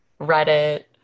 Reddit